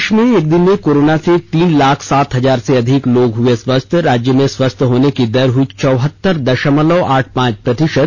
देश में एक दिन में कोरोना से तीन लाख सात हजार से अधिक लोग हुए स्वस्थ राज्य में स्वस्थ होने की दर हई चौहतर दषमलव आठ पांच प्रतिषत